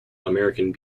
american